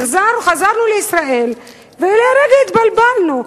חזרנו לישראל ולרגע התבלבלנו,